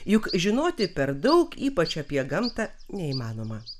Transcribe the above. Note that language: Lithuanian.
juk žinoti per daug ypač apie gamtą neįmanoma